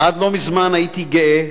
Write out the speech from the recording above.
"עד לא מזמן הייתי גאה.